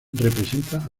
representa